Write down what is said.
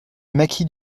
maquis